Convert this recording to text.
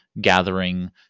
gathering